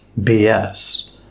BS